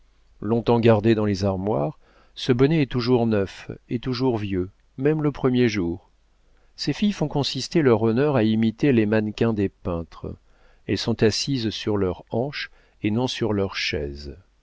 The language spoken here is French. long-temps gardé dans les armoires ce bonnet est toujours neuf et toujours vieux même le premier jour ces filles font consister leur honneur à imiter les mannequins des peintres elles sont assises sur leurs hanches et non sur leurs chaises